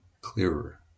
clearer